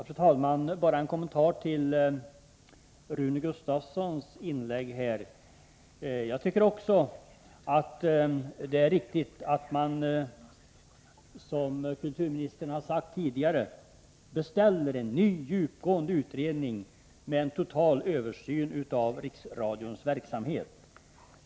Fru talman! Bara en kommentar till Rune Gustavssons inlägg. Jag tycker också att det är riktigt att man, som kulturministern tidigare sagt, beställer en ny djupgående utredning, med en total översyn av Riksradions verksamhet.